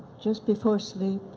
just before sleep,